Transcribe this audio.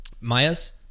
Maya's